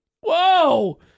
whoa